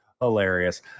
hilarious